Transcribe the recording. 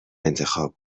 انتخاب